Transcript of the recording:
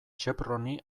chevroni